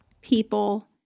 people